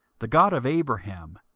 the god of abraham,